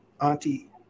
Auntie